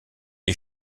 est